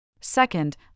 Second